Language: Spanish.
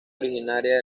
originaria